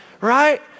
right